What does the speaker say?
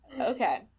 Okay